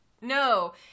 No